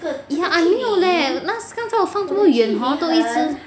ya ah 没有 leh 刚才我放多远 hor 都一直